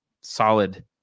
solid